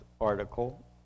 article